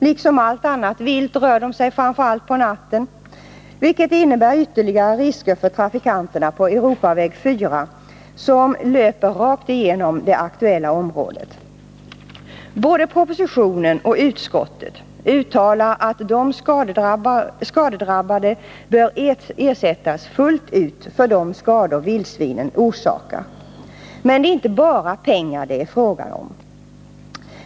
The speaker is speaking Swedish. Liksom allt annat vilt rör de sig framför allt om natten, vilket innebär ytterligare risker för trafikanterna på Europaväg 4, som löper rakt igenom det aktuella området. I både propositionen och utskottsbetänkandet uttalas att de skadedrabbade bör ersättas fullt ut för de skador som vildsvinen orsakar. Men det är inte bara pengar det handlar om.